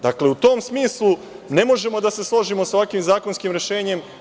Dakle, u tom smislu ne možemo da se složimo sa ovakvim zakonskim rešenjem.